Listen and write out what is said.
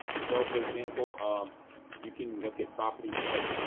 so, for example, um you can look at property type.